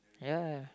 ya